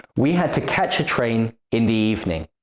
we had to catch a train in the evening.